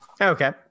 okay